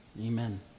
amen